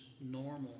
normal